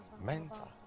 mental